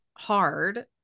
hard